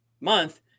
month